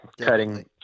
cutting